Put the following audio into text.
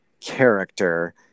character